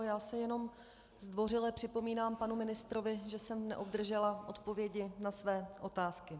Já se jenom zdvořile připomínám panu ministrovi, že jsem neobdržela odpovědi na své otázky.